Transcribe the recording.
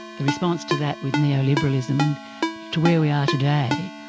the response to that with neo-liberalism and to where we are today,